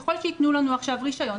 ככל שיתנו לנו עכשיו רישיון,